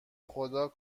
خدا